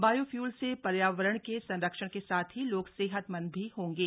bio fuel से पर्यावरण के संरक्षण के साथ ही लोग सेहतमन्द भी होंगे